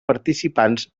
participants